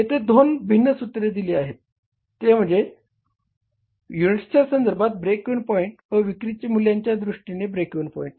येथे दोन भिन्न सूत्रे दिली आहेत ते म्हणजे युनिट्सच्या संदर्भात ब्रेक इव्हन पॉईंट व विक्रीच्या मूल्यांच्या दृष्टीने ब्रेक इव्हन पॉईंट